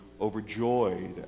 overjoyed